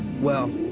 well,